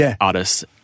artists